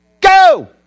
Go